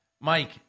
Mike